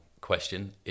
question